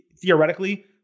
theoretically